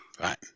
Right